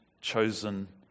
chosen